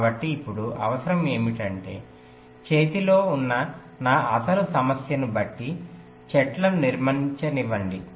కాబట్టి ఇప్పుడు అవసరం ఏమిటంటే చేతిలో ఉన్న నా అసలు సమస్యను బట్టి చెట్టును నిర్మించనివ్వండి